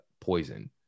poison